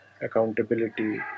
accountability